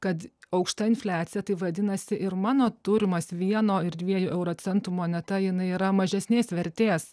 kad aukšta infliacija tai vadinasi ir mano turimas vieno ir dviejų euro centų moneta jinai yra mažesnės vertės